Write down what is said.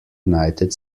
united